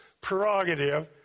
prerogative